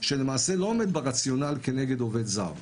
שלמעשה לא עובד ברציונל כנגד עובד זר.